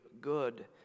good